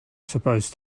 supposed